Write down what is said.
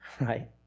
right